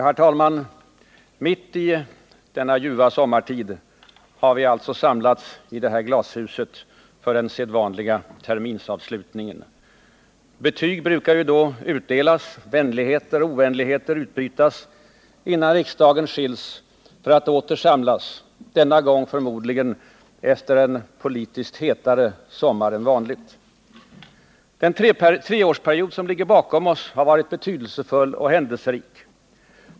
Herr talman! Mitt i denna ljuva blomstertid har vi samlats i detta glashus för den sedvanliga terminsavslutningen. Betyg brukar då utdelas. Vänligheter och ovänligheter utbytas innan riksdagen skiljs för att åter samlas, denna gång förmodligen efter en politiskt hetare sommar än vanligt. Den treårsperiod som ligger bakom oss har varit betydelsefull och händelserik.